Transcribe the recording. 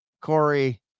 Corey